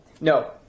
No